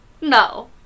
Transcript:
No